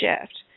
shift